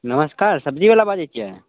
नमस्कार सब्जी बाला बाजै छियै